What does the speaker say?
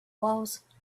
walls